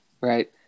Right